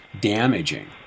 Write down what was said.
damaging